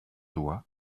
doigt